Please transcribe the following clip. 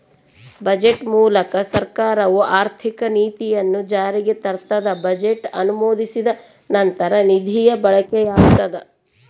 budget ಮೂಲಕ ಸರ್ಕಾರವು ಆರ್ಥಿಕ ನೀತಿಯನ್ನು ಜಾರಿಗೆ ತರ್ತದ ಬಜೆಟ್ ಅನುಮೋದಿಸಿದ ನಂತರ ನಿಧಿಯ ಬಳಕೆಯಾಗ್ತದ